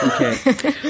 Okay